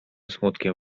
smutkiem